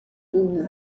ubu